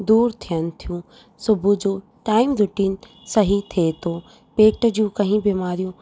दूरि थियनि थियूं सुबूह जो टाईम रुटीन सही थिए थो पेट जूं कई बीमारियूं